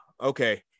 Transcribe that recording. okay